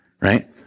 right